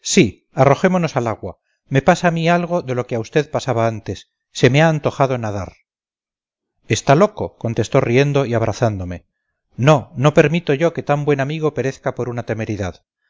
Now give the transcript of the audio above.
sí arrojémonos al agua me pasa a mí algo de lo que a usted pasaba antes se me ha antojado nadar está loco contestó riendo y abrazándome no no permito yo que tan buen amigo perezca por una temeridad